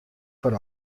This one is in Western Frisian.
foar